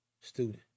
student